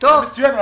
זה מצוין,